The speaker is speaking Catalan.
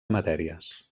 matèries